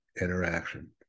interaction